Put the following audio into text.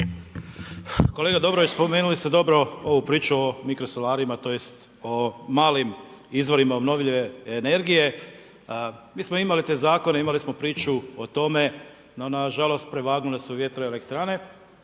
Kolega Dobrović, spomenuli ste dobro ovu priču o mikrosolarima, tj. o malim izvorima obnovljive energije. Mi smo imali te zakone, imali smo priču o tome no nažalost prevagnule vjetroelektrane